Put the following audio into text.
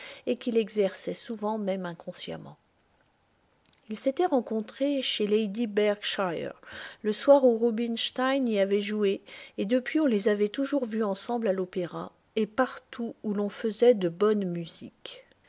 et qu'il exerçait souvent même inconsciemment ils s'étaient rencontrés chez lady berkshire le soir où rubinstein y avait joué et depuis on les avait toujours vus ensemble à l'opéra et partout où l'on faisait de bonne